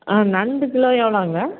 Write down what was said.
ஆ நண்டு கிலோ எவ்வளோங்க